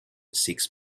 six